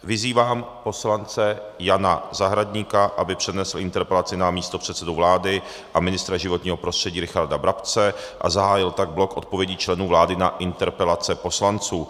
Vyzývám poslance Jana Zahradníka, aby přednesl interpelaci na místopředsedu vlády a ministra životního prostředí Richarda Brabce a zahájil tak blok odpovědí členů vlády na interpelace poslanců.